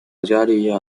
保加利亚